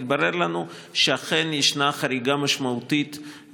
התברר לנו שאכן יש חריגה משמעותית,